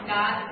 God